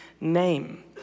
name